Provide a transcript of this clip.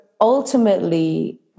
ultimately